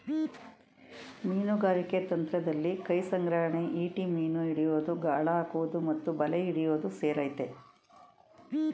ಮೀನುಗಾರಿಕೆ ತಂತ್ರದಲ್ಲಿ ಕೈಸಂಗ್ರಹಣೆ ಈಟಿ ಮೀನು ಹಿಡಿಯೋದು ಗಾಳ ಹಾಕುವುದು ಮತ್ತು ಬಲೆ ಹಿಡಿಯೋದು ಸೇರಯ್ತೆ